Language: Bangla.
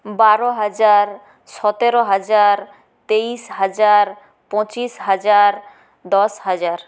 বারো হাজার সতেরো হাজার তেইশ হাজার পঁচিশ হাজার দশ হাজার